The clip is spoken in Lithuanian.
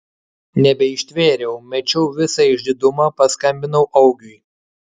nebeištvėriau mečiau visą išdidumą paskambinau augiui